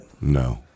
No